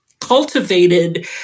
cultivated